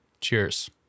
Cheers